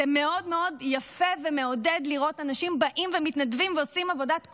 זה מאוד מאוד יפה ומעודד לראות אנשים באים ומתנדבים ועושים עבודת קודש.